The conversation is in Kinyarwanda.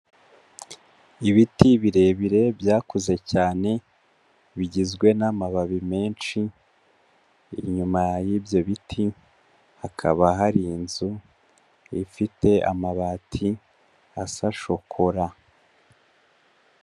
Ibiti birebire byakuze cyane bigizwe n'amababi menshi, inyuma y'ibyo biti hakaba hari inzu ifite amabati asa shokora.